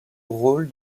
rôle